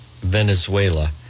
Venezuela